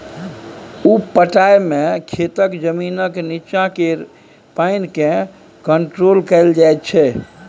उप पटाइ मे खेतक जमीनक नीच्चाँ केर पानि केँ कंट्रोल कएल जाइत छै